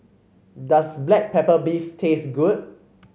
does Black Pepper Beef taste good